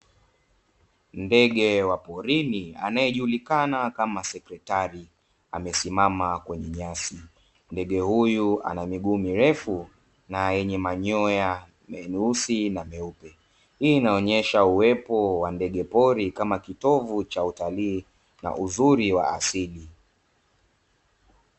Ndege wa porini anayejulikana kama sekretari amesimama kwenye nyasi ndege huyu ana miguu mirefu na yenye manyoya menusi na meupe, hii inaonyesha uwepo wa ndege pori kama kitovu cha utalii na uzuri wa asili.